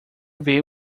ver